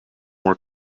more